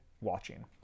watching